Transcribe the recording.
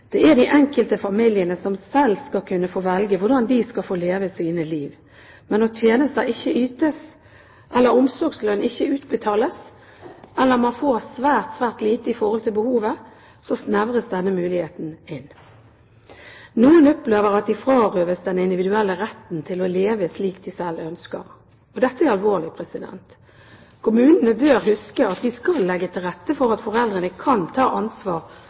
Det er de enkelte familiene som selv skal kunne få velge hvordan de skal få leve sine liv. Men når tjenester ikke ytes eller omsorgslønn ikke utbetales, eller man får svært lite i forhold til behovet, snevres denne muligheten inn. Noen opplever at de frarøves den individuelle retten til å leve slik de selv ønsker. Dette er alvorlig. Kommunene bør huske at de skal legge til rette for at foreldrene kan ta ansvar